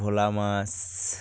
ভোলা মাছ